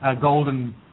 golden